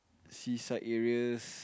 seaside areas